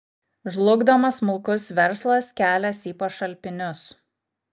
žlugdomas smulkus verslas kelias į pašalpinius